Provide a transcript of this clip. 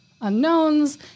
unknowns